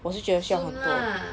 我是觉需要很多